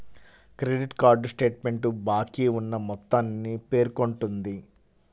credit card statement బాకీ ఉన్న మొత్తాన్ని పేర్కొంటుంది